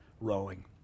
rowing